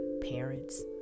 parents